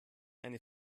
eine